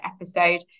episode